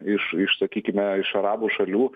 iš iš sakykime iš arabų šalių